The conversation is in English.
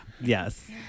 Yes